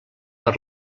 per